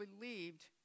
believed